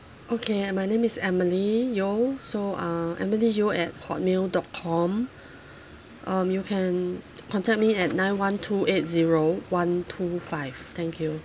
okay and my name is emily yeo so uh emily yeo at Hotmail dot com um you can contact me at nine one two eight zero one two five thank you